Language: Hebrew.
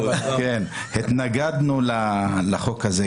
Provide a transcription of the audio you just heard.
אנחנו כל הזמן התנגדנו לחוק הזה,